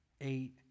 eight